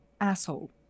Asshole